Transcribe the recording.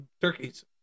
turkeys